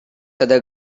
other